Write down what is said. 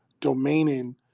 domaining